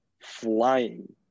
flying